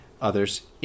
others